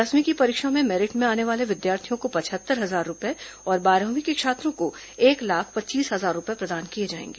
दसवीं की परीक्षा में मेरिट में आने वाले विद्यार्थियों को पचहत्तर हजार रुपए और बारहवीं के छात्रों को एक लाख पच्चीस हजार रुपए प्रदान किए जाएंगे